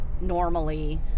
normally